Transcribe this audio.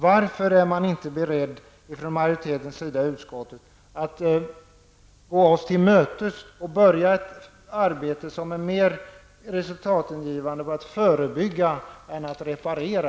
Varför är man inte beredd från majoritetens sida att gå oss till mötes och påbörja ett arbete som mera är inriktat på att förebygga än att reparera?